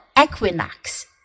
Equinox